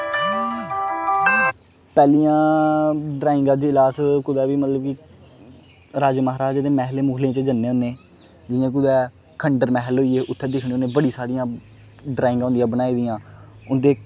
पैहलियां drawing जिसलै अस कुसलै बी जिसलै बी राजे महाराजे दे मैहलै मूहलें च जन्ने होन्ने जियां कुतै खंडर मैहल होई गे उत्थे दिक्खने होन्ने बड़ी सारियां ड्रांइगां होदियां बनाई दियां उंदे